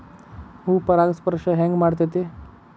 ಹೂ ಪರಾಗಸ್ಪರ್ಶ ಹೆಂಗ್ ಮಾಡ್ತೆತಿ?